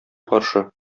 каршы